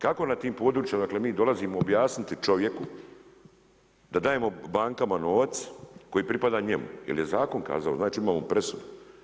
Kako na tim područjima odakle mi dolazimo objasniti čovjeku da dajemo bankama novac koji pripada njemu jer je zakon kazao, znači imamo presudu.